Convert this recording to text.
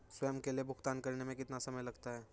स्वयं के लिए भुगतान करने में कितना समय लगता है?